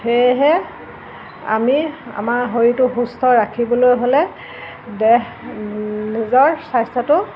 সেয়েহে আমি আমাৰ শৰীৰটো সুস্থ ৰাখিবলৈ হ'লে দেহ নিজৰ স্বাস্থ্যটো